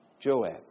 Joab